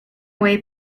way